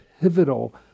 pivotal